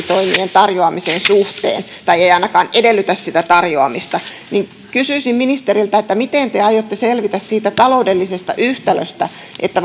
tarjoamisen suhteen tai ei ainakaan edellytä sitä tarjoamista niin kysyisin ministeriltä miten te aiotte selvitä siitä taloudellisesta yhtälöstä että